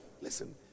listen